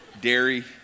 dairy